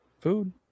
food